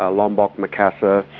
ah lombok, makassar,